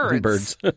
Birds